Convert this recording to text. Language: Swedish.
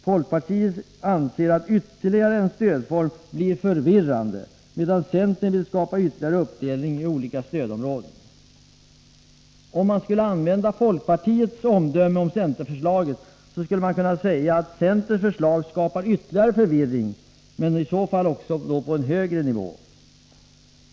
Folkpartiet anser att ytterligare en stödform blir förvirrande, medan centern vill skapa ytterligare uppdelning på olika stödområden. Om man skulle använda folkpartiets omdöme om centerförslaget, skulle man kunna säga att centerns förslag skapar ytterligare förvirring, men då på högre nivå.